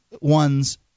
ones